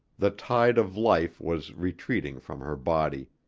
the tide of life was retreating from her body.